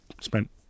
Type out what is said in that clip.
spent